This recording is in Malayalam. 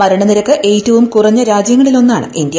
മരണനിരക്ക് ഏറ്റവും കുറഞ്ഞ രാജ്യങ്ങളിലൊന്നാണ് ഇന്ത്യ